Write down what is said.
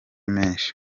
menshi